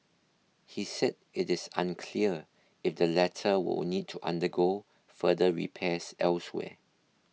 he said it is unclear if the latter we will need to undergo further repairs elsewhere